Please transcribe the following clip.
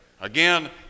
Again